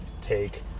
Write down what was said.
take